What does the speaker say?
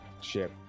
ship